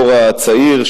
הדור הצעיר,